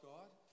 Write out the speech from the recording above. God